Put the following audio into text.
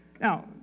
Now